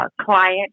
client